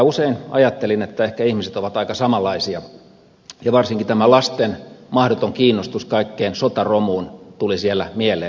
usein ajattelin että ehkä ihmiset ovat aika samanlaisia ja varsinkin tämä lasten mahdoton kiinnostus kaikkeen sotaromuun tuli siellä mieleen